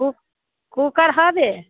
कु कुकर हबे